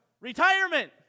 retirement